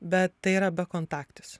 bet tai yra bekontaktis